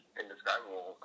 indescribable